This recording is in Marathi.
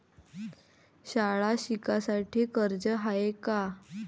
शाळा शिकासाठी कर्ज हाय का?